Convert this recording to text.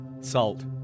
Salt